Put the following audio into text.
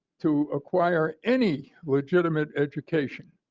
to acquire any legitimate education.